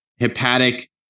hepatic